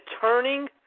turning